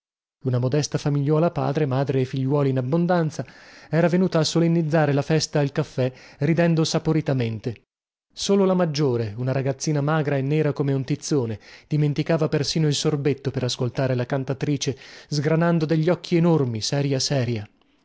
una modesta famigliuola padre madre e figliuoli in abbondanza era venuta a solennizzare la festa al caffè ridendo saporitamente solo la maggiore una ragazzina magra e nera come un tizzone dimenticava persino il sorbetto per ascoltare la cantatrice sgranando degli occhi enormi seria seria